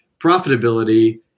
profitability